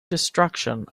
destruction